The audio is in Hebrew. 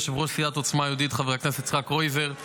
יושב-ראש סיעת עוצמה יהודית חבר הכנסת יצחק קרויזר,